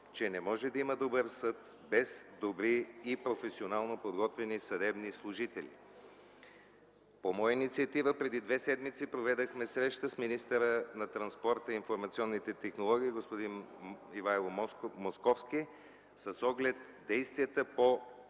че не може да има добър съд без добри и професионално подготвени съдебни служители. По моя инициатива преди две седмици проведохме среща с министъра на транспорта, информационните технологии и съобщенията господин Ивайло Московски с оглед действията по